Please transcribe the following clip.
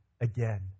again